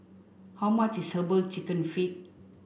how much is Herbal Chicken Feet